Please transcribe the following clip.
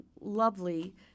lovely